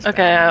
Okay